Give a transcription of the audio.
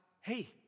hey